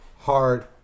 hard